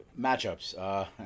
Matchups